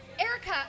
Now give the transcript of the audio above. Erica